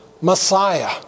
Messiah